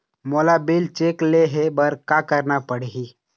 मोला bill check ले हे बर का करना पड़ही ही?